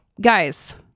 Guys